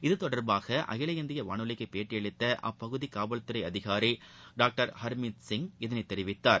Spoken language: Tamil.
இத்தொடர்பாக அகில இந்திய வானொலிக்கு பேட்டியளித்த அப்பகுதி காவல்துறை அதிகாரி டாக்டர் ஹாமித் சிங் இதனை தெரிவித்தார்